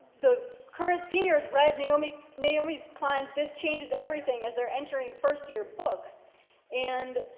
the current seniors read naomi naomi klein's this changes everything, as their entering first year book and,